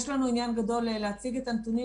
יש לנו עניין גדול להציג את הנתונים